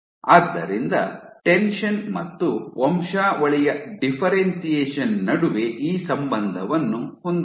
ಆದ್ದರಿಂದ ಟೆನ್ಷನ್ ಮತ್ತು ವಂಶಾವಳಿಯ ಡಿಫ್ಫೆರೆನ್ಶಿಯೇಷನ್ ನಡುವೆ ಈ ಸಂಬಂಧವನ್ನು ಹೊಂದಿದ್ದೀರಿ